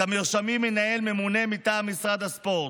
את המרשמים ינהל ממונה מטעם משרד הספורט.